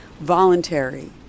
voluntary